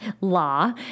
law